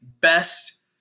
best